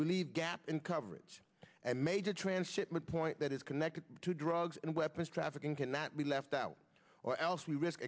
leave gaps in coverage and aged transshipment point that is connected to drugs and weapons trafficking cannot be left out or else we risk